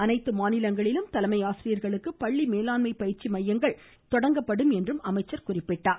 அனைத்து மாநிலங்களிலும் தலைமை ஆசிரியர்களுக்கு பள்ளி மேலாண்மை பயிற்சி மையங்கள் தொடங்கப்படும் என்றும் அமைச்சர் கூறினார்